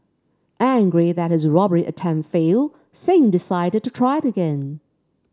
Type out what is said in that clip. angry that his robbery attempt failed Singh decided to try again